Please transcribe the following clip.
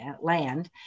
land